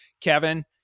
Kevin